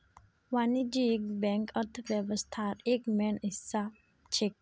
वाणिज्यिक बैंक अर्थव्यवस्थार एक मेन हिस्सा छेक